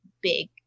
big